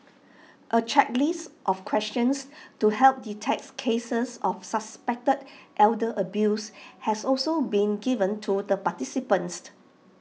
A checklist of questions to help detect cases of suspected elder abuse has also been given to the participants